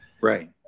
Right